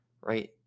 right